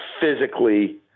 physically